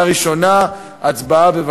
ההצבעה הראשונה היא